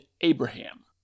abraham